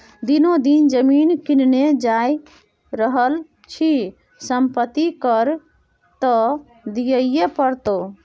दिनो दिन जमीन किनने जा रहल छी संपत्ति कर त दिअइये पड़तौ